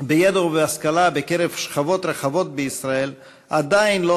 בידע ובהשכלה בקרב שכבות רחבות בישראל עדיין לא